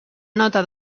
nota